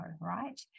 right